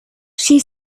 she